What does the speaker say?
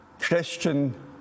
Christian